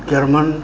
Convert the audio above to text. German